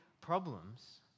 problems